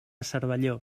cervelló